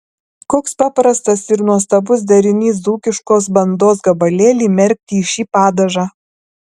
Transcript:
koks paprastas ir nuostabus derinys dzūkiškos bandos gabalėlį merkti į šį padažą